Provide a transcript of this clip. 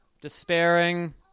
despairing